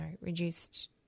reduced